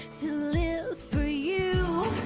to live for you.